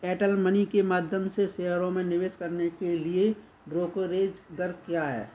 Airtel money के माध्यम से सेयरों में निवेस करने के लिए ब्रोकोरेज दर क्या है